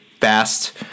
fast